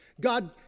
God